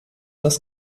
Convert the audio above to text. das